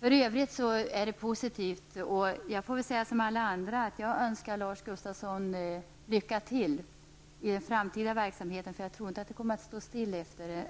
För övrigt är det positivt, och jag får som alla andra säga att jag önskar Lars Gustafsson lycka till i hans framtida verksamhet. Jag tror inte att han kommer att stå still sedan